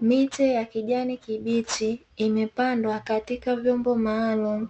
Miche ya kijani kibichi imepandwa katika vyombo maalum,